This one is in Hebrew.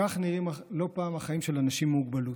כך נראים לא פעם החיים של אנשים עם מוגבלות,